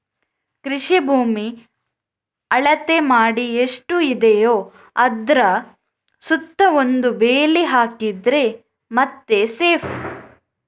ಕೃಷಿ ಭೂಮಿ ಅಳತೆ ಮಾಡಿ ಎಷ್ಟು ಇದೆಯೋ ಅದ್ರ ಸುತ್ತ ಒಂದು ಬೇಲಿ ಹಾಕಿದ್ರೆ ಮತ್ತೆ ಸೇಫ್